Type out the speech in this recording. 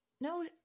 no